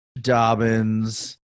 Dobbins